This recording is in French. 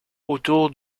autour